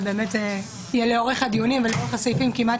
אבל לאורך הדיונים ולאורך הסעיפים כמעט